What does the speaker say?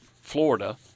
Florida